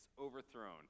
overthrown